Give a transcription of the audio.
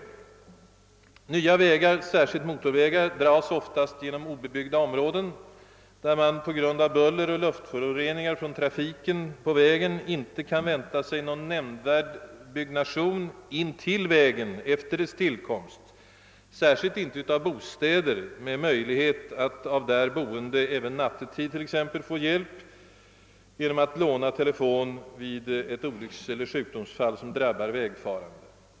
För det första: Nya vägar, särskilt motorvägar, dras ofta genom obebyggda områden där man på grund av buller och luftföroreningar från trafiken inte kan vänta sig någon nämnvärd byggnation intill vägen efter dess tillkomst med möjlighet att av där boende, särskilt nattetid, få hjälp genom att låna telefon vid ett olyckseller sjukdomsfall som drabbar en vägfarande.